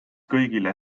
kõigile